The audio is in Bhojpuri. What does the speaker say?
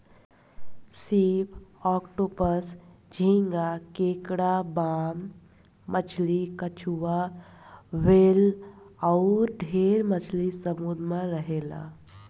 सीप, ऑक्टोपस, झींगा, केकड़ा, बाम मछली, कछुआ, व्हेल अउर ढेरे मछली समुंद्र में रहेले